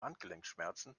handgelenkschmerzen